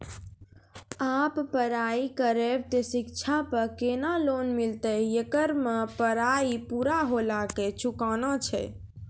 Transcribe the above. आप पराई करेव ते शिक्षा पे केना लोन मिलते येकर मे पराई पुरा होला के चुकाना छै?